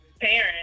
parents